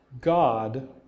God